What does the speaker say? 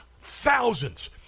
thousands